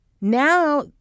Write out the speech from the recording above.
Now